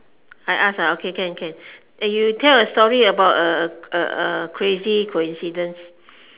I ask ah okay can can eh you tell a story about a a a crazy coincidence